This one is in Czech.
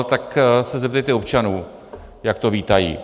Tak se zeptejte občanů, jak to vítají.